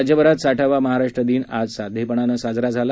राज्यभरात साठावा महाराष्ट्र दिन आज साधेपणानं साजरा झाला